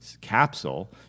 Capsule